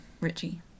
richie